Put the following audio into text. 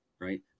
right